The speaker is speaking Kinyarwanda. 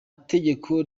tegeko